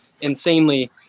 insanely